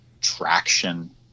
traction